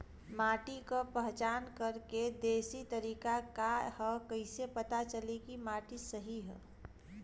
माटी क पहचान करके देशी तरीका का ह कईसे पता चली कि माटी सही ह?